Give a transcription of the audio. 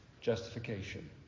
justification